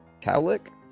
cowlick